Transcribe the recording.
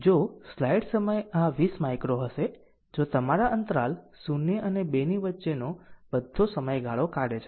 જો સ્લાઈડ સમય આ 20 માઇક્રો હશે જે તમારા અંતરાલ 0 અને 2 ની વચ્ચેનો બધો સમયગાળો કાઢે છે